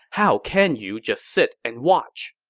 how can you just sit and watch?